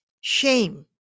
shame